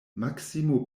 maksimo